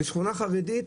זו שכונה חרדית,